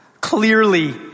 clearly